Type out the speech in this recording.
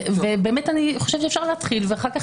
אני חושבת שאפשר להתחיל ואחר כך